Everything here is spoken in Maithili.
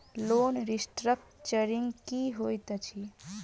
लोन रीस्ट्रक्चरिंग की होइत अछि?